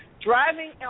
Driving